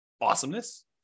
Awesomeness